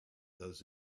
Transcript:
those